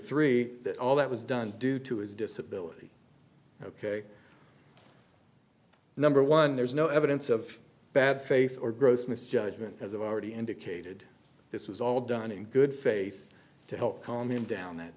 that all that was done due to his disability ok number one there's no evidence of bad faith or gross misjudgement as i've already indicated this was all done in good faith to help calm him down that